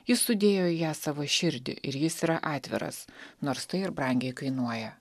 jis sudėjo į ją savo širdį ir jis yra atviras nors tai ir brangiai kainuoja